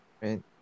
right